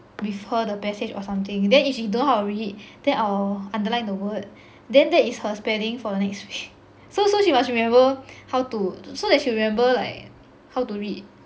with her the passage or something then if she don't know how to read that I'll underline the word then that is her spelling for the next week so so she was must remember how to so that she will remember like how to read